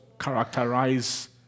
Characterize